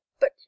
But